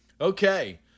Okay